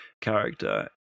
character